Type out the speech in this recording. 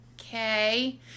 okay